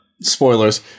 Spoilers